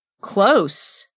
close